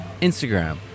Instagram